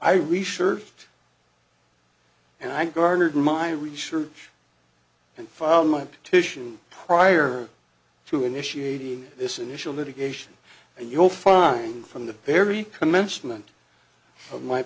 i researched and i garnered my research and found my petition prior to initiating this initial litigation and you'll find from the very commencement